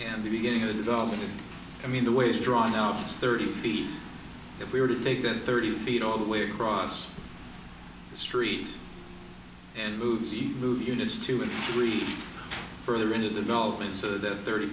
and the beginning of the development i mean the ways drawn off thirty feet if we were to take that thirty feet all the way across the street and moves you move units two and three further into development so that thirty